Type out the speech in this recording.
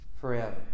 forever